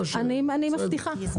אני מבטיחה.